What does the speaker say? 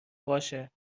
باشه